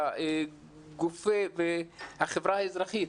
לחברה האזרחית,